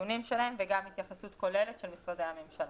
הנתונים שלו וגם התייחסות כוללת של משרדי הממשלה.